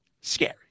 Scary